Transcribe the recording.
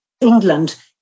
England